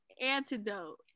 antidote